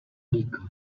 dýka